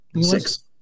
Six